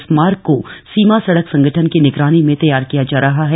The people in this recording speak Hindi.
इस मार्ग को सीमा सड़क संगठन की निगरानी में तष्ठार किया जा रहा है